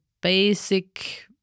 basic